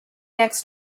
next